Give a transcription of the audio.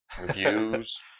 Reviews